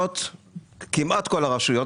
כמעט כל הרשויות,